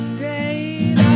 great